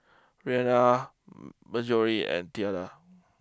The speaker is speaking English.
Reanna Mallorie and Theda